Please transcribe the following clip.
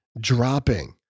dropping